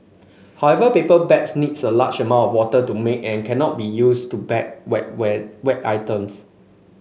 however paper bags needs a large amount of water to make and cannot be used to bag wet wet items